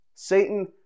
satan